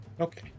Okay